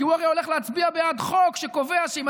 כי הוא הרי הולך להצביע בעד חוק שקובע שאם